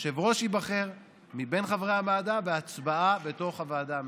היושב-ראש ייבחר מבין חברי הוועדה בהצבעה בתוך הוועדה המסדרת.